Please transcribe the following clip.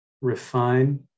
refine